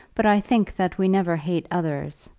but i think that we never hate others,